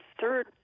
third